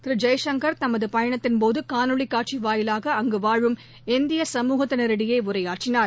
திரு ஜெய்சங்கர் தமது பயணத்தின்போது காணொலி காட்சி வாயிலாக அங்கு வாழும் இந்திய சமூகத்தினிடையே உரையாற்றினார்